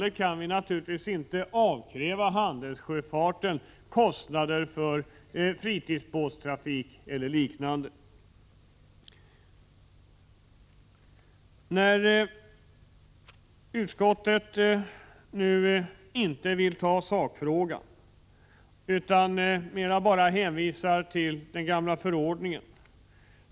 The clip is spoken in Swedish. Vi kan självfallet inte avkräva handelssjöfarten kostnader för fritidsbåtstrafiken eller liknande. Utskottet vill inte gå in på sakfrågan utan hänvisar bara till den gamla förordningen.